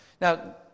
Now